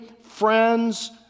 friends